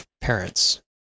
parents